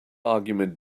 argument